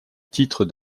titre